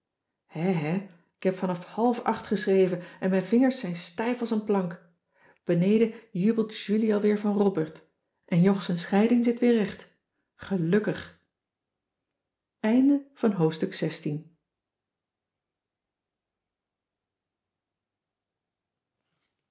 hè hè ik heb vanaf half acht geschreven en mijn vingers zijn stijf als een plank beneden jubelt julie al weer van robert en jog z'n scheiding zit weer recht gelukkig